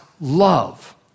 love